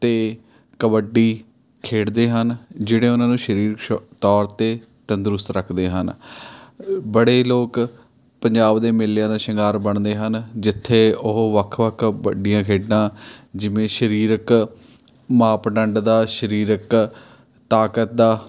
ਅਤੇ ਕਬੱਡੀ ਖੇਡਦੇ ਹਨ ਜਿਹੜੇ ਉਹਨਾਂ ਨੂੰ ਸਰੀਰਕ ਤੌਰ 'ਤੇ ਤੰਦਰੁਸਤ ਰੱਖਦੇ ਹਨ ਬੜੇ ਲੋਕ ਪੰਜਾਬ ਦੇ ਮੇਲਿਆਂ ਦਾ ਸ਼ਿੰਗਾਰ ਬਣਦੇ ਹਨ ਜਿੱਥੇ ਉਹ ਵੱਖ ਵੱਖ ਵੱਡੀਆਂ ਖੇਡਾਂ ਜਿਵੇਂ ਸਰੀਰਕ ਮਾਪਦੰਡ ਦਾ ਸਰੀਰਕ ਤਾਕਤ ਦਾ